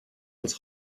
als